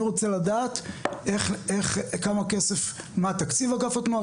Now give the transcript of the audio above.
אני רוצה לדעת מה תקציב אגף התנועה,